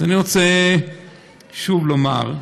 אני רוצה שוב לומר: